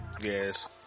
Yes